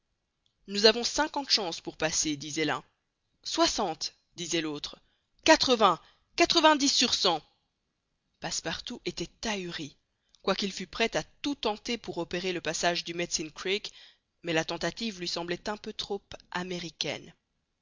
nous avons cinquante chances pour passer disait l'un soixante disait l'autre quatre-vingts quatre-vingt-dix sur cent passepartout était ahuri quoiqu'il fût prêt à tout tenter pour opérer le passage du medicine creek mais la tentative lui semblait un peu trop américaine